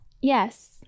Yes